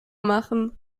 machen